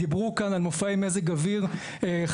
דיברו כאן על מופעי מזג אוויר חזקים,